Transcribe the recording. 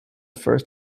first